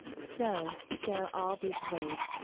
so, there are all these ways,